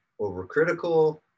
overcritical